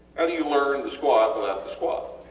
how do you learn to squat without the squat?